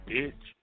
Bitch